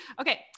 Okay